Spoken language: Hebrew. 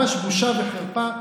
ממש בושה וחרפה.